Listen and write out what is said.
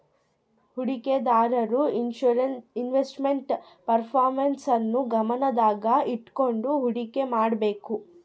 ಹೂಡಿಕೆದಾರರು investment performance ನ್ನು ಗಮನದಾಗ ಇಟ್ಕಂಡು ಹುಡಿಕೆ ಮಾಡ್ಬೇಕು